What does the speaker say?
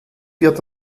wird